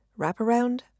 wraparound